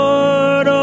Lord